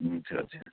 ਅੱਛਾ ਅੱਛਾ